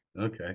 Okay